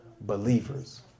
believers